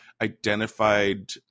identified